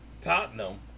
Tottenham